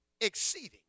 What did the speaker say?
exceeding